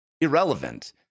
irrelevant